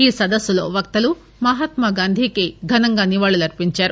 ఈ సదస్సులో వక్తలు మహాత్గాంధీకి ఘనంగా నివాళులర్పించారు